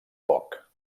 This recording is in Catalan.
poc